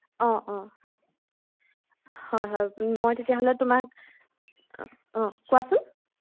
অঁ অঁ হয় হয় মই তেতিয়াহ'লে তোমাক অঁ কোৱাচোন